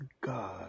God